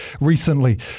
recently